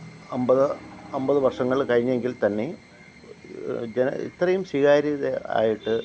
അമ്പത് അമ്പത് വര്ഷങ്ങള് കഴിഞ്ഞെങ്കില് തന്നെ ജനം ഇത്രയും സ്വീകാര്യത ആയിട്ട്